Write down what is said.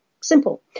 Simple